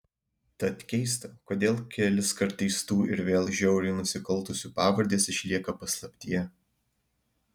tad keista kodėl keliskart teistų ir vėl žiauriai nusikaltusių pavardės išlieka paslaptyje